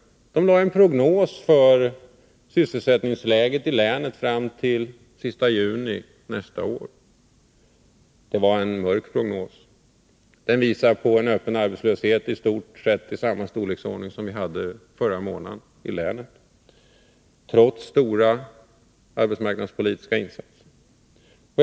Tjänstemännen lade fram en prognos för sysselsättningsläget i länet fram till den sista juni nästa år. Det var en mörk prognos. Den visar på en öppen arbetslöshet av i stort sett samma storleksordning som vi hade förra månaden i länet, trots stora arbetsmarknadspolitiska insatser.